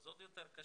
אז עוד יותר קשה.